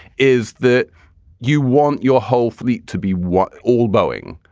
is that you want your whole fleet to be, what, all boeing.